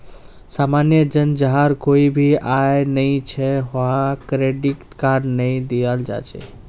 सामान्य जन जहार कोई भी आय नइ छ वहाक क्रेडिट कार्ड नइ दियाल जा छेक